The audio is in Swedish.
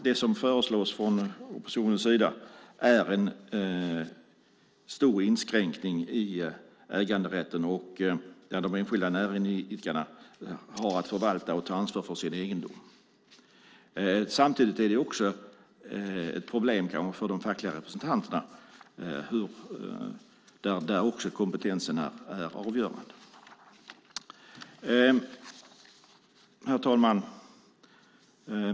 Det som föreslås från oppositionens sida är en stor inskränkning i äganderätten där de enskilda näringsidkarna har att förvalta och ta ansvar för sin egendom. Samtidigt kan det vara ett problem för de fackliga representanterna, där kompetensen också är avgörande. Herr talman!